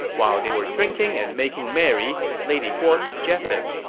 while they were drinking and making merry, lady guo suggested,